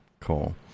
cool